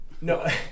No